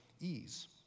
ease